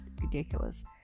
ridiculous